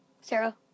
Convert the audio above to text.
Sarah